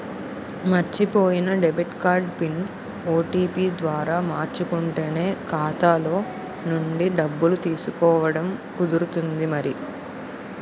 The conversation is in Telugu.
మర్చిపోయిన డెబిట్ కార్డు పిన్, ఓ.టి.పి ద్వారా మార్చుకుంటేనే ఖాతాలో నుండి డబ్బులు తీసుకోవడం కుదురుతుంది మరి